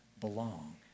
belong